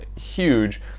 huge